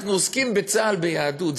אנחנו עוסקים בצה"ל ביהדות.